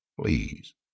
Please